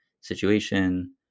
situation